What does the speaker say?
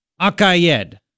Akayed